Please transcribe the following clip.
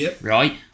right